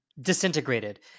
disintegrated